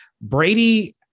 Brady